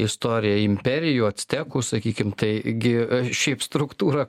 istorija imperijų actekų sakykim taigi šiaip struktūra